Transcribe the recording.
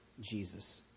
Jesus